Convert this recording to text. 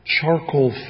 charcoal